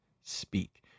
speak